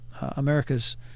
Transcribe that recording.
america's